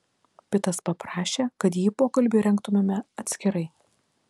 pitas paprašė kad jį pokalbiui rengtumėme atskirai